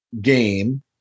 game